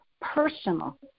personal